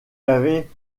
avait